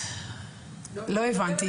לא הבנתי.